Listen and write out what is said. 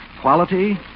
Quality